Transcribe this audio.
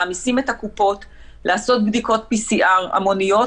מעמיסים את הקופות לעשות בדיקות PCR המוניות